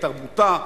את תרבותה,